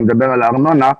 אני מדבר על הארנונה,